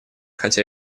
хотя